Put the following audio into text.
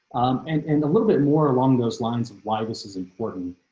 and and a little bit more along those lines of why this is important.